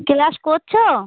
class করছো